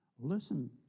Listen